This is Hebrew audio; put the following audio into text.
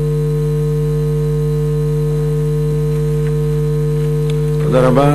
תודה רבה.